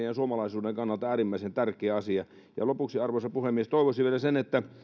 ja suomalaisuuden kannalta äärimmäisen tärkeä asia lopuksi arvoisa puhemies toivoisin vielä että